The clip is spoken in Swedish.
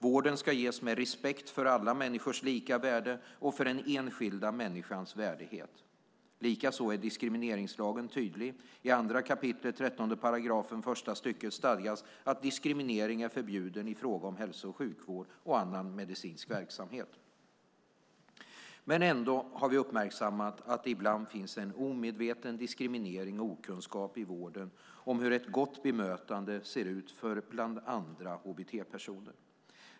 Vården ska ges med respekt för alla människors lika värde och för den enskilda människans värdighet. Likaså är diskrimineringslagen tydlig. I 2 kap. 13 § första stycket stadgas att diskriminering är förbjuden i fråga om hälso och sjukvård och annan medicinsk verksamhet. Ändå har vi uppmärksammat att det ibland finns en omedveten diskriminering och okunskap i vården om hur ett gott bemötande ser ut för bland andra hbt-personer.